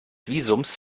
visums